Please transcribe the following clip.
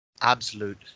absolute